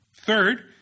Third